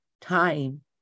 time